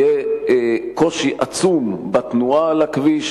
יהיה קושי עצום בתנועה על הכביש.